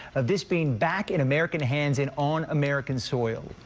this being back in american hands and on american soil.